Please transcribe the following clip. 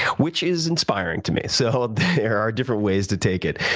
which is inspiring to me, so there are different ways to take it.